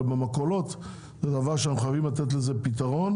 אבל במכולות זה דבר שאנחנו חייבים לתת לזה פתרון,